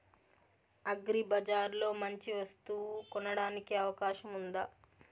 అగ్రిబజార్ లో మంచి వస్తువు కొనడానికి అవకాశం వుందా?